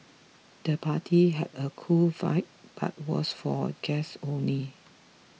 the party had a cool vibe but was for guests only